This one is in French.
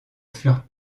furent